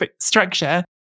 structure